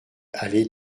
allée